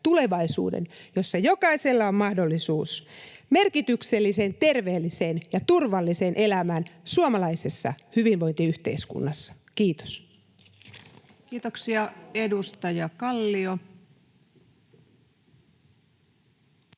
jossa jokaisella on mahdollisuus merkitykselliseen, terveelliseen ja turvalliseen elämään suomalaisessa hyvinvointiyhteiskunnassa. — Kiitos. Kiitoksia. — Edustaja Kallio.